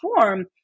form